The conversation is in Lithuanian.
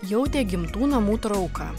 jautė gimtų namų trauką